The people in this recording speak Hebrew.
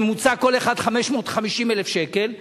בממוצע כל אחד 550,000 שקל,